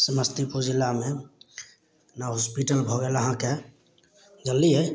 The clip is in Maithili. समस्तीपुर जिलामे नव हॉस्पिटल भऽ गेल अहाँके जनलियै